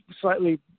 slightly